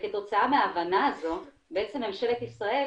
כתוצאה מההבנה הזאת בעצם ממשלת ישראל